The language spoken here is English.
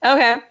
Okay